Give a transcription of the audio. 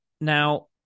Now